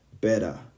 better